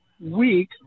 week